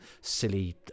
silly